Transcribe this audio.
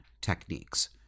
techniques